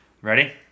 ready